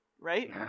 right